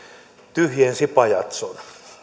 tyhjensi pajatson